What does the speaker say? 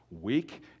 weak